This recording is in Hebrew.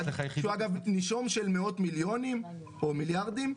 שהוא אגב נישום של מאות מיליונים או מיליארדים,